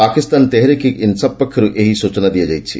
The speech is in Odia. ପାକିସ୍ତାନ ତେହେରିକ ଇ ଇନ୍ସାଫ୍ ପକ୍ଷରୁ ଏହି ସୂଚନା ଦିଆଯାଇଛି